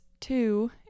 two